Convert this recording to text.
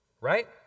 right